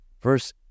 verse